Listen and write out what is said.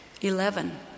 Eleven